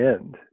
end